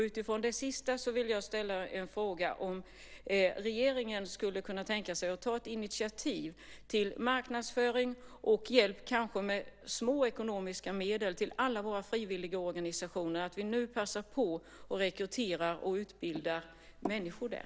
Utifrån det vill jag ställa frågan: Kan regeringen tänka sig att ta initiativ till marknadsföring och hjälp med små ekonomiska medel till alla våra frivilligorganisationer och att vi nu passar på att rekrytera och utbilda människor där?